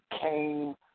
came